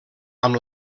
amb